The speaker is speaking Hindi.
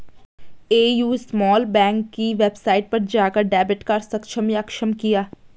ए.यू स्मॉल बैंक की वेबसाइट पर जाकर डेबिट कार्ड सक्षम या अक्षम किया